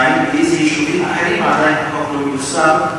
2. באיזה יישובים אחרים עדיין לא מיושם החוק,